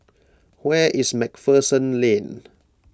where is MacPherson Lane